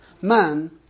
Man